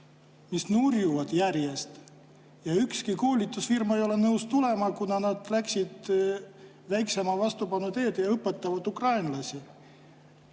mis nurjuvad järjest? Ükski koolitusfirma ei ole nõus tulema, kuna nad läksid väiksema vastupanu teed ja õpetavad ukrainlasi.